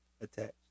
attached